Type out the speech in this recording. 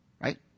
Right